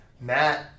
Matt